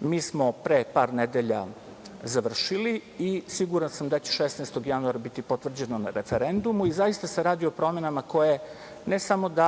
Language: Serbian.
mi smo pre par nedelja završili i siguran sam da će 16. januara biti potvrđeno na referendumu. Zaista se radi o promenama koje ne samo da